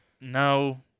No